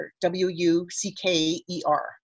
w-u-c-k-e-r